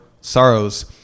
sorrows